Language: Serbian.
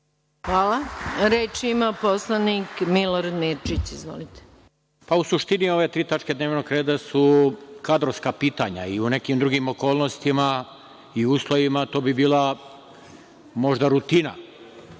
Hvala. Reč ima narodni poslanik Milorad Mirčić. Izvolite. **Milorad Mirčić** U suštini, ove tri tačke dnevnog reda su kadrovska pitanja i u nekim drugim okolnostima i uslovima to bi bila možda rutina.